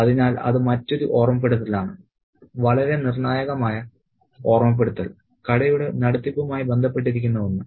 അതിനാൽ അത് മറ്റൊരു ഓർമ്മപ്പെടുത്തലാണ് വളരെ നിർണായകമായ ഓർമ്മപ്പെടുത്തൽ കടയുടെ നടത്തിപ്പുമായി ബന്ധപ്പെട്ടിരിക്കുന്ന ഒന്ന്